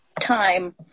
time